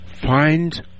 find